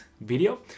video